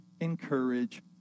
encourage